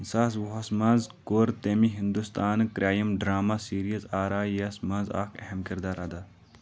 زٕ ساس وُہس منٛز کوٚر تٔمۍ ہنٛدوستانہٕ کرٛایِم ڈراما سیریز آریہ یَس منٛز اکھ اَہَم کِردار ادا